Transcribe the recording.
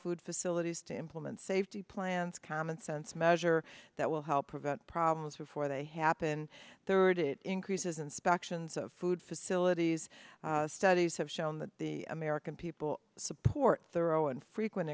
food facilities to implement safety plans commonsense measure that will help prevent problems before they happen third it increases inspections of food facilities studies have shown that the american people support thorough and fre